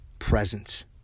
presence